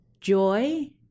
joy